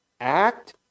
act